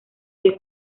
del